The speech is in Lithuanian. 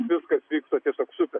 viskas vyksta tiesiog super